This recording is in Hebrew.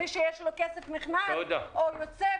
מי שיש לו כסף נכנס או יוצא,